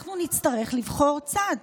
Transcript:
אנחנו נצטרך לבחור צד.